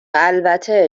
البته